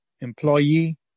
employee